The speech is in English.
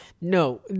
No